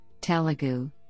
Telugu